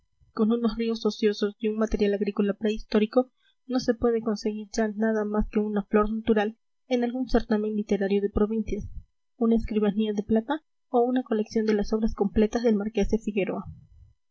con unos ríos ociosos y un material agrícola prehistórico no se puede conseguir ya nada más que una flor natural en algún certamen literario de provincias una escribanía de plata o una colección de las obras completas del marqués de figueroa